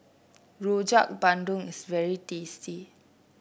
Rojak Bandung is very tasty